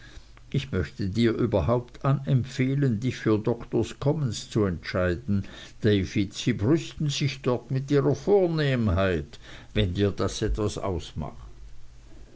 ich möchte dir überhaupt anempfehlen dich für doktors commons zu entscheiden david sie brüsten sich dort mit ihrer vornehmheit wenn dir das etwas ausmacht